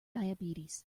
diabetes